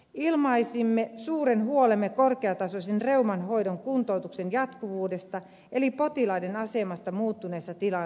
ilmaisimme suuren huolemme korkeatasoisen reuman hoidon kuntoutuksen jatkuvuudesta eli potilaiden asemasta muuttuneessa tilanteessa